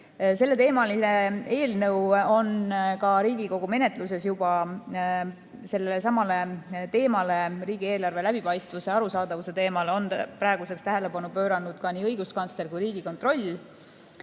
selleteemaline eelnõu on ka Riigikogu menetluses. Sellelesamale teemale, riigieelarve läbipaistvuse ja arusaadavuse teemale on tähelepanu pööranud nii õiguskantsler kui ka Riigikontroll.